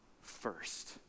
first